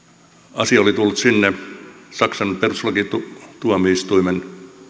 asia oli tullut sinne saksan perustuslakituomioistuimen